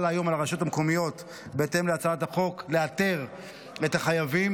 חלה היום חובה על הרשויות המקומיות לאתר את החייבים.